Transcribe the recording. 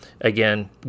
again